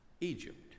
Egypt